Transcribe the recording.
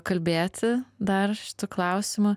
kalbėti dar šitu klausimu